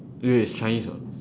wait wait it's chinese ah